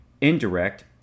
indirect